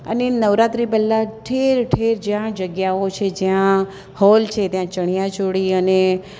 અને નવરાત્રિ પહેલાં ઠેર ઠેર જ્યાં જગ્યાઓ છે જ્યાં હૉલ છે ત્યાં ચણિયા ચોળી અને